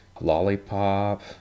Lollipop